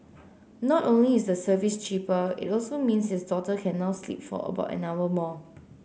not only is the service cheaper it also means his daughter can now sleep for about an hour more